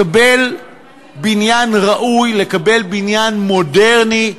לקבל בניין ראוי, לקבל בניין מודרני.